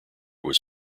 was